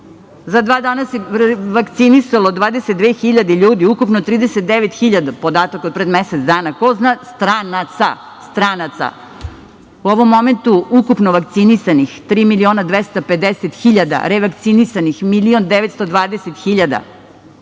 dva dana se vakcinisalo 22.000 ljudi, ukupno 39.000 podatak od pre mesec dana, stranaca. U ovom momentu ukupno vakcinisanih je 3.250.000, revakcinisanih 1.920.000.